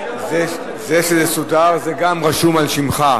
זה שזה סודר זה גם רשום על שמך.